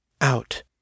Out